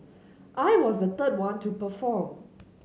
I was the third one to perform